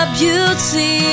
beauty